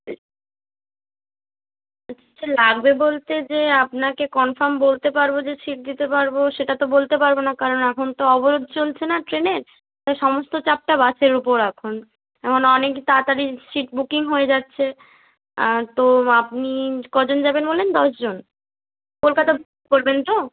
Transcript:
হচ্ছে লাগবে বলতে যে আপনাকে কনফার্ম বলতে পারবো যে সিট দিতে পারবো সেটা তো বলতে পারবো না কারণ এখন তো অবরোধ চলছে না ট্রেনের তো সমস্ত চাপটা বাসের উপর এখন এখন অনেক তাড়াতাড়ি সিট বুকিং হয়ে যাচ্ছে তো আপনি কজন যাবেন বললেন দশ জন কলকাতা করবেন তো